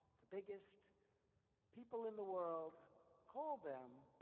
the biggest people in the world called them.